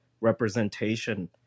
representation